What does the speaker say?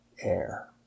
air